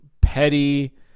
petty